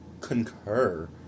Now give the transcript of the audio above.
concur